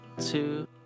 two